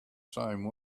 same